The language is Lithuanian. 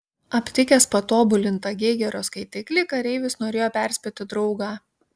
aptikęs patobulintą geigerio skaitiklį kareivis norėjo perspėti draugą